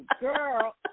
girl